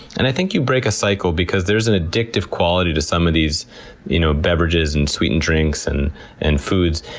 and i think you break a cycle, because there's an addictive quality to some of these you know beverages, and sweetened drinks, and and foods.